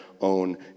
own